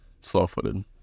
slow-footed